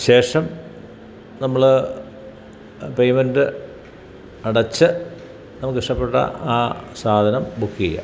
ശേഷം നമ്മള് പേയ്മെൻറ്റ് അടച്ച് നമുക്കിഷ്ടപ്പെട്ട ആ സാധനം ബുക്ക്യ്യാ